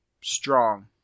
strong